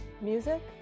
Music